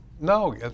no